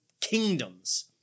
kingdoms